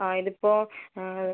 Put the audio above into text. ആ ഇത് ഇപ്പോൾ